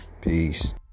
Peace